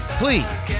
please